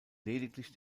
lediglich